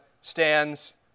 stands